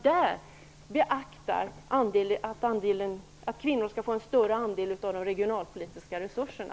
Där måste man beakta att kvinnor skall få en större andel av de regionalpolitiska resurserna.